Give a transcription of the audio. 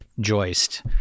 joist